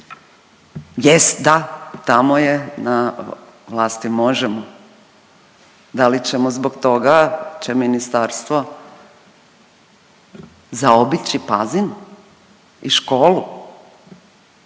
Jest da, tamo je na vlasti Možemo!, da li ćemo zbog toga, će ministarstvo zaobići Pazin i školu